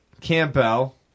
Campbell